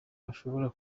ashobora